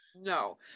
no